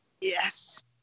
Yes